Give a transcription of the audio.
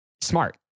smart